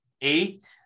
Eight